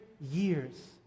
years